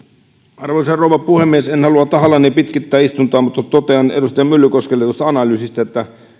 arvoisa rouva puhemies en halua tahallani pitkittää istuntoa mutta totean edustaja myllykoskelle tuosta analyysistä että